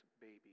baby